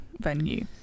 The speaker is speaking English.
venue